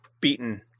beaten